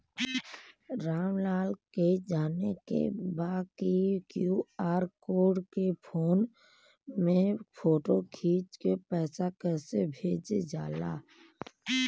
राम लाल के जाने के बा की क्यू.आर कोड के फोन में फोटो खींच के पैसा कैसे भेजे जाला?